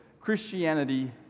Christianity